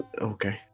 okay